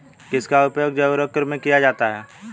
किसका उपयोग जैव उर्वरक के रूप में किया जाता है?